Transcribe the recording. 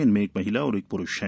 इनमें एक महिला और एक प्रुष है